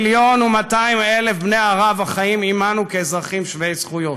מה תאמרו ל-1.2 מיליון בני ערב החיים עמנו כאזרחים שווי זכויות?